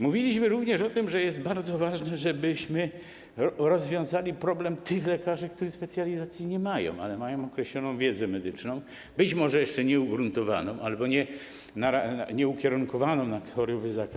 Mówiliśmy również o tym, że jest bardzo ważne, żebyśmy rozwiązali problem tych lekarzy, którzy specjalizacji nie mają, ale mają określoną wiedzę medyczną, być może jeszcze nieugruntowaną albo nieukierunkowaną na choroby zakaźne.